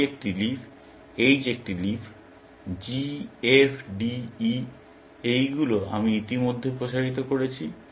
C একটি leaf H একটি leaf G F D E এইগুলো আমি ইতিমধ্যে প্রসারিত করেছি